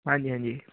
ਹਾਂਜੀ ਹਾਂਜੀ